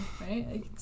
right